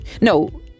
No